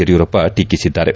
ಯಡಿಯೂರಪ್ಪ ಟೀಕಿಸಿದ್ದಾರೆ